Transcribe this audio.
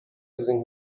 using